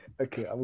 okay